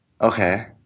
Okay